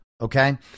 okay